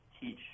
teach